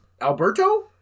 alberto